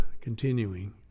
continuing